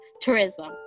tourism